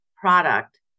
product